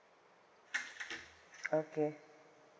okay